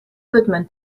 goodman